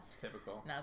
Typical